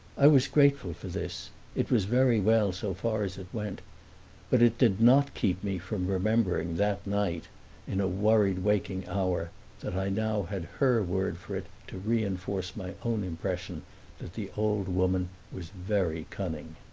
i was grateful for this it was very well so far as it went but it did not keep me from remembering that night in a worried waking hour that i now had her word for it to reinforce my own impression that the old woman was very cunning.